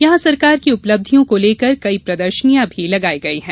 यहां सरकार की उपलब्धियों को लेकर कई प्रदर्शनियां भी लेगाई गई हैं